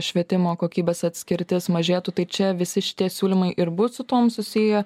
švietimo kokybės atskirtis mažėtų tai čia visi šitie siūlymai ir bus su tuom susiję